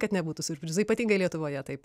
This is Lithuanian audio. kad nebūtų siurprizų ypatingai lietuvoje taip